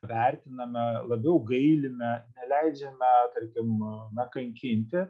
vertiname labiau gailime neleidžiame tarkim kankinti